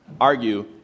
argue